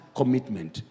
commitment